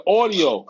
audio